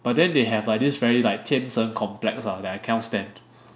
but then they have like this very like 天生 complex lah that I cannot stand